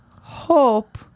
hope